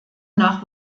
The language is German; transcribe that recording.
nach